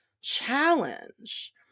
challenge